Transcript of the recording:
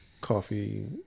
coffee